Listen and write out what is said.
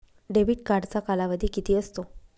Debit कार्डचा कालावधी किती असतो?